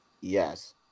Yes